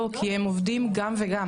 לא, כי הם עובדים גם וגם.